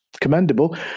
commendable